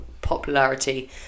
popularity